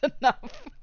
enough